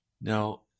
Now